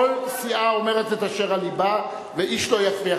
כל סיעה אומרת את אשר על לבה ואיש לא יפריע.